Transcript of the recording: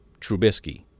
Trubisky